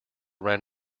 ran